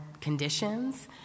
conditions